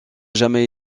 jamais